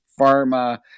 pharma